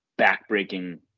backbreaking